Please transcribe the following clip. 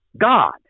God